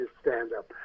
stand-up